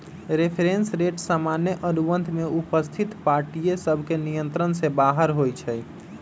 reference rate सामान्य अनुबंध में उपस्थित पार्टिय सभके नियंत्रण से बाहर होइ छइ